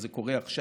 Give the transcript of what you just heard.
אז זה קורה עכשיו.